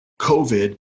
COVID